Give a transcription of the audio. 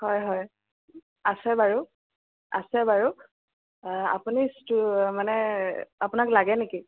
হয় হয় আছে বাৰু আছে বাৰু আপুনি মানে আপোনাক লাগে নেকি